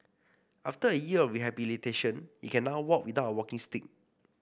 after a year of rehabilitation he can now walk without a walking stick